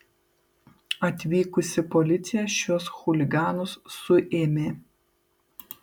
atvykusi policija šiuos chuliganus suėmė